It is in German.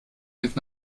mit